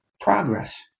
progress